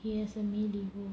he has a male ego